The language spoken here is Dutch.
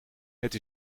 het